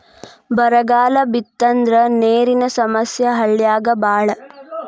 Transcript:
ಬರಗಾಲ ಬಿತ್ತಂದ್ರ ನೇರಿನ ಸಮಸ್ಯೆ ಹಳ್ಳ್ಯಾಗ ಬಾಳ